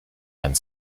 and